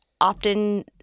often